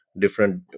different